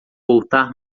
voltar